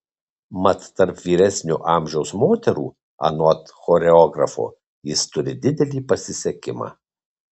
mat tarp vyresnio amžiaus moterų anot choreografo jis turi didelį pasisekimą